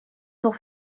tour